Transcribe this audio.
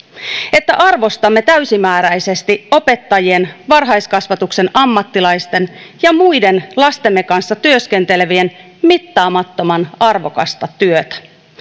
että arvostamme täysimääräisesti opettajien varhaiskasvatuksen ammattilaisten ja muiden lastemme kanssa työskentelevien mittaamattoman arvokasta työtä